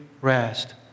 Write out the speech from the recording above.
rest